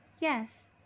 Yes